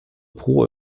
pro